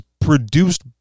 produced